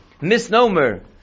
misnomer